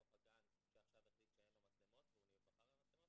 בתוך גן שהחליט שאין בו מצלמות והוא בחר במצלמות.